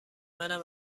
منم